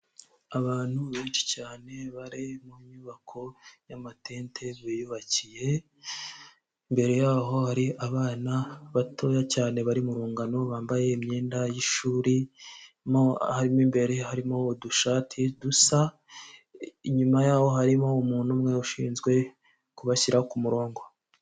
Abantu benshi cyane bari mu nyubako y'amatente biyubakiye, imbere yaho hari abana batoya cyane bari mu rungano bambaye imyenda y'ishuri mo imbere harimo udushati dusa, inyuma y'aho harimo umuntu umwe ushinzwe kubashyira ku murongo.